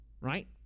Right